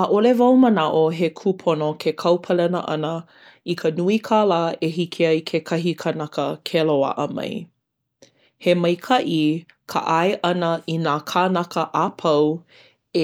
ʻAʻole wau manaʻo he kūpono ke kau palena ʻana i ka nui kālā e hiki ai kekahi kanaka ke loaʻa mai. He maikaʻi ka ʻae ʻana i nā kānaka a pau